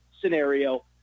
scenario